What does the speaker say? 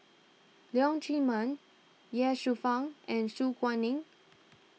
Leong Chee Mun Ye Shufang and Su Guaning